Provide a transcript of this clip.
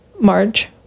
March